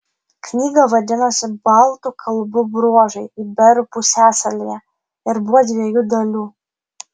knyga vadinosi baltų kalbų bruožai iberų pusiasalyje ir buvo dviejų dalių